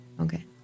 Okay